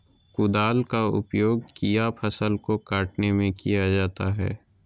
कुदाल का उपयोग किया फसल को कटने में किया जाता हैं?